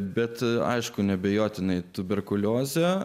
bet aišku neabejotinai tuberkulioze